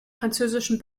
französischen